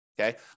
okay